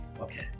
Okay